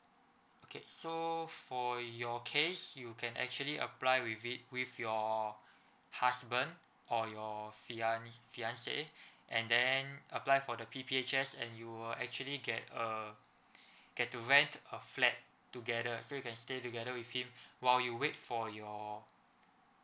okay so for your case you can actually apply with it with your husband or your fian~ fiancé and then apply for the P_P_H_S and you will actually get err get to rent a flat together so you can stay together with him while you wait for your